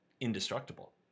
indestructible